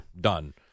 done